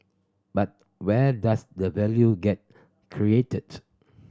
but where does the value get created